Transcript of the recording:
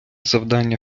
завдання